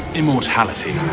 immortality